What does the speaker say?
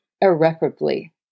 irreparably